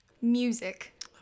Music